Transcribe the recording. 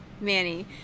Manny